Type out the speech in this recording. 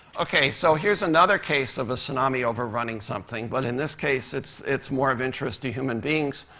okay, so here's another case of a tsunami over-running something. but in this case, it's it's more of interest to human beings.